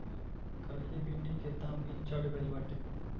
करइली भिन्डी के दाम भी चढ़ गईल बाटे